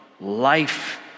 life